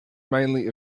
mainly